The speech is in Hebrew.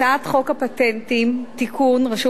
הצעת חוק הפטנטים (תיקון מס' 11) (רשות